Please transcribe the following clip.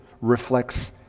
reflects